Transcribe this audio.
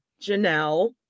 Janelle